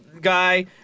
Guy